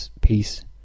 peace